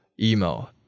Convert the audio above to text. email